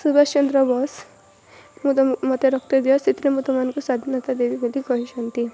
ସୁଭାଷ ଚନ୍ଦ୍ର ବୋଷ ମୋତେ ରକ୍ତ ଦିଅ ସେଥିରେ ମୁଁ ତୁମମାନଙ୍କୁ ସ୍ୱାଧୀନତା ଦେବି ବୋଲି କହିଛନ୍ତି